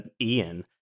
Ian